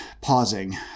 pausing